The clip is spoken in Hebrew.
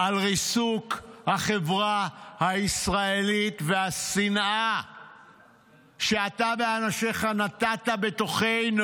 על ריסוק החברה הישראלית והשנאה שאתה ואנשיך נטעת בתוכנו.